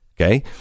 Okay